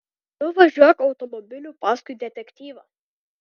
tu važiuok automobiliu paskui detektyvą